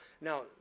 Now